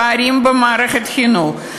פערים במערכת החינוך,